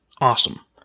Awesome